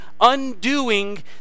undoing